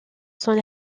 son